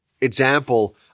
example